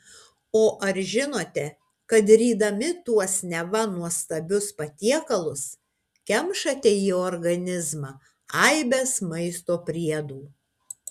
o ar žinote kad rydami tuos neva nuostabius patiekalus kemšate į organizmą aibes maisto priedų